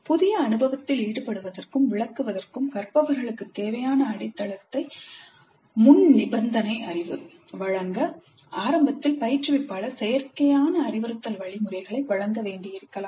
புதிய அனுபவத்தில் ஈடுபடுவதற்கும் விளக்குவதற்கும் கற்பவர்களுக்குத் தேவையான அடித்தளத்தை முன்நிபந்தனை அறிவு வழங்க ஆரம்பத்தில் பயிற்றுவிப்பாளர் செயற்கையான அறிவுறுத்தல் வழிமுறைகளை வழங்க வேண்டியிருக்கலாம்